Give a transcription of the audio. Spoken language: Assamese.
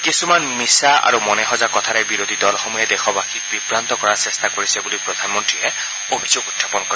কিছুমান মিছা আৰু মনেসজা কথাৰে বিৰোধী দলসমূহে দেশবাসীক বিভান্ত কৰাৰ চেষ্টা কৰিছে বুলি প্ৰধানমন্ৰীয়ে অভিযোগ উখাপন কৰে